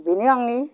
बिनो आंनि